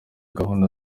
gahunda